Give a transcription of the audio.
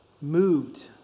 moved